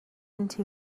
into